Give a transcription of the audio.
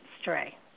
stray